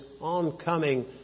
oncoming